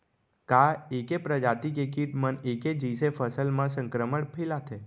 का ऐके प्रजाति के किट मन ऐके जइसे फसल म संक्रमण फइलाथें?